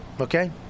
Okay